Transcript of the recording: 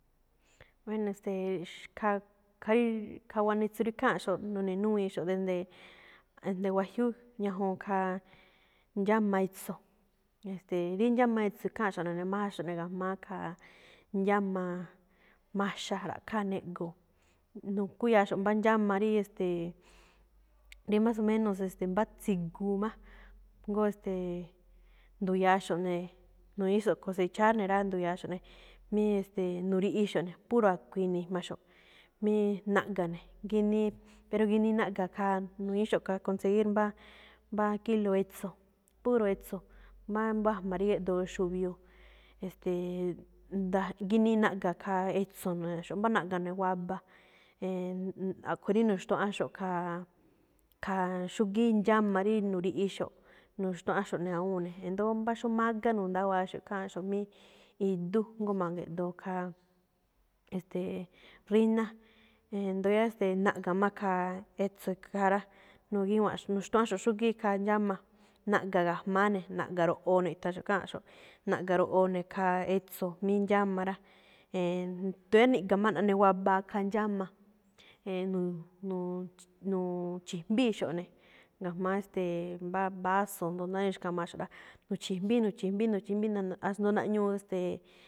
Bueno, e̱ste̱e̱, xxkhaa khaa rí wanitsu rí kháanꞌxo̱ꞌ none̱núwíinxo̱ꞌ desde, desde wajyúú, ñajuun khaa ndxáma itso̱. E̱ste̱e̱, rí ndxáma itso̱ ikháanꞌxo̱ꞌ no̱ne̱májánxo̱ꞌ ne̱ ga̱jma̱á khaa ndxáma maxa, ra̱ꞌkháa neꞌgo̱o̱. Nukúya̱axo̱ꞌ mbá ndxáma rí, e̱ste̱e̱, rí más o menos, e̱ste̱e̱, mbá tsiguu má, jngó ste̱e̱, ndu̱ya̱axo̱ꞌ ne̱, nu̱ñi̱íxo̱ꞌ cosechar ne̱ rá, ndu̱ya̱axo̱ꞌ ne̱, mí e̱ste̱e̱, nu̱riꞌixo̱ꞌ ne̱. Puro a̱kui̱in ne̱ ijmaxo̱ꞌ míí naꞌga̱ ne̱. Ginii, pero ginii naꞌga̱ khaa, nu̱ñi̱íxo̱ꞌ kha conseguir mbá, mbá kilo etso̱, puro etso̱, mbá mbá a̱jma̱ rí géꞌdoo xuviuu. E̱ste̱e̱, ginii naꞌga̱ khaa etso̱ no̱ne̱xo̱ꞌ, mbá naꞌga̱ ne̱ waba. E̱e̱n, a̱ꞌkhue̱n rí nu̱xtuáꞌánxo̱ꞌ khaa, khaa xúgíí ndxáma rí nu̱riꞌxo̱ꞌ, nu̱xtuáꞌánxo̱ꞌ ne̱ awúun ne̱. E̱ndo̱ó mbá xóo mágá nu̱ndáwa̱áxo̱ꞌ ikháanꞌxo̱ꞌ mí idú, jngó ma̱ge̱ꞌdoo khaa, e̱ste̱e̱ ríná. Éndo̱ yáá naꞌga̱ máꞌ khaa etso̱ khaa rá, nu̱gíwa̱nxo̱ꞌ nu̱xtuáꞌánxo̱ꞌ xúgíí khaa ndxáma naꞌga̱ ga̱jma̱á ne̱, naꞌga̱ro̱ꞌoo ne̱, e̱tha̱nxo̱ꞌ kháanꞌxo̱ꞌ. Naꞌga̱ro̱ꞌoo ne̱ khaa etso̱ jmí ndxáma rá. E̱e̱n, ndóo yáá niꞌga̱ máꞌ ne̱ naꞌnewabaa khaa ndxáma. nu̱u̱-nu̱u̱-nu̱u̱-chi̱jmbíixo̱ꞌ ne̱ ga̱jma̱á, e̱ste̱e̱, mbá vaso, jndo náá rí nu̱xkamaxo̱ꞌ rá, nu̱chi̱jmbíi, nu̱chi̱jmbíi, nu̱chi̱jmbíi asndo naꞌñuu ste̱e̱.